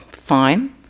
Fine